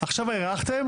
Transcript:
כשלא היה ביומטרי,